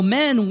men